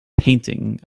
painting